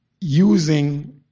using